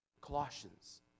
Colossians